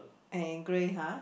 and grey [huh]